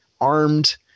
armed